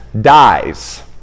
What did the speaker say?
dies